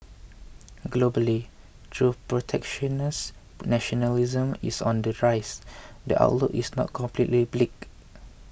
globally though protectionist nationalism is on the rise the outlook is not completely bleak